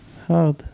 Hard